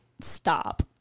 Stop